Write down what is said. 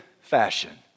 fashion